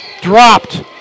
dropped